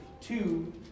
two